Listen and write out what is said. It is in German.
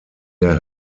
der